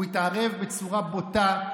הוא התערב בצורה בוטה,